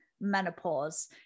menopause